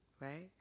right